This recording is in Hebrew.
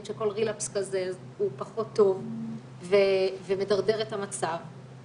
שכל רילפס כזה הוא פחות טוב ומדרדר את המצב,